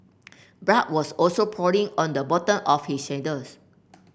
blood was also pooling on the bottom of his sandals